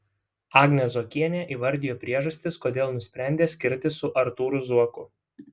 agnė zuokienė įvardijo priežastis kodėl nusprendė skirtis su artūru zuoku